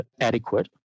adequate